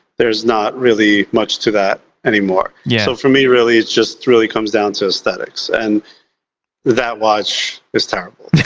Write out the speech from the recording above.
there's not really much to that anymore, you know? so for me really, it just really comes down to aesthetics, and that watch is terrible.